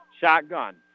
Shotgun